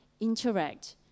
interact